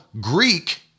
Greek